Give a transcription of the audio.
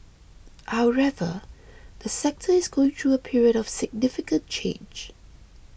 however the sector is going through a period of significant change